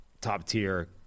top-tier